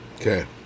Okay